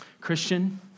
Christian